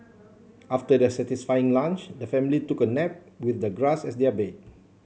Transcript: after their satisfying lunch the family took a nap with the grass as their bed